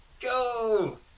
go